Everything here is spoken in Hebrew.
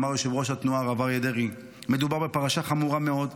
אמר יושב-ראש התנועה הרב אריה דרעי: מדובר בפרשה חמורה מאוד,